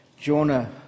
Jonah